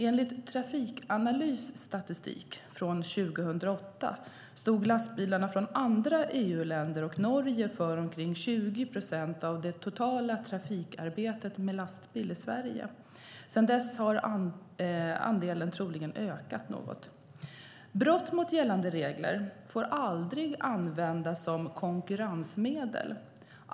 Enligt Trafikanalys statistik från 2008 stod lastbilarna från andra EU-länder och Norge för omkring 20 procent av det totala trafikarbetet med lastbil i Sverige. Sedan dess har andelen troligen ökat något. Brott mot gällande regler får aldrig användas som konkurrensmedel.